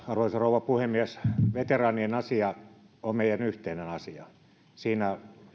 arvoisa rouva puhemies veteraanien asia on meidän yhteinen asiamme siinä